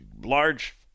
large